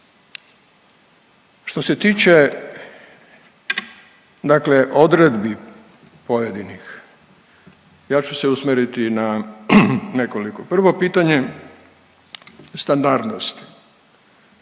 Što se tiče dakle odredbi pojedinih, ja ću se usmjeriti na nekoliko. Prvo pitanje standardnosti.